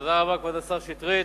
תודה רבה, כבוד השר שטרית.